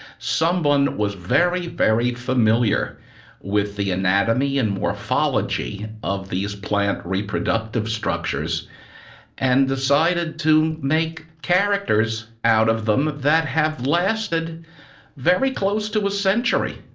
someone was very, very familiar with the anatomy and morphology of these plant reproductive structures and decided to make characters out of them that have lasted very close to a century.